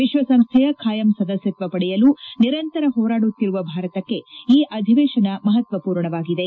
ವಿಶ್ವಸಂಸ್ಥೆಯ ಖಾಯಂ ಸದಸ್ಯತ್ವ ಪಡೆಯಲು ನಿರಂತರ ಹೋರಾದುತ್ತಿರುವ ಭಾರತಕ್ಕೆ ಈ ಅಧಿವೇಶನ ಮಹತ್ವಪೂರ್ಣವಾಗಿದೆ